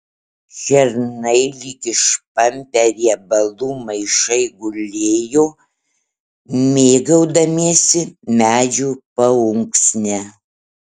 šernai lyg išpampę riebalų maišai gulėjo mėgaudamiesi medžių paunksne